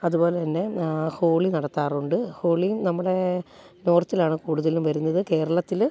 അതുപോലെ തന്നെ ഹോളി നടത്താറുണ്ട് ഹോളി നമ്മുടെ നോർത്തിലാണ് കൂടുതലും വരുന്നത് കേരളത്തിൽ